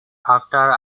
after